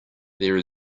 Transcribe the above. there